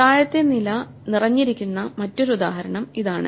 താഴത്തെ നില നിറഞ്ഞിരിക്കുന്ന മറ്റൊരു ഉദാഹരണം ഇതാണ്